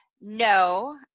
No